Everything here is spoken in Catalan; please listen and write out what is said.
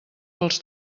pels